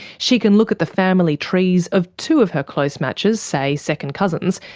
she can look at the family trees of two of her close matches, say second cousins,